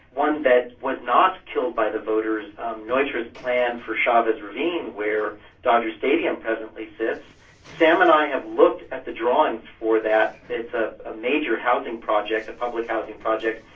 one that was not killed by the voters neutra's plan for chavez ravine, where dodger stadium presently sits sam and i have looked at the drawings for that. it's ah a major housing project, a public housing project,